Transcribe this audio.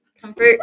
Comfort